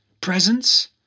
presence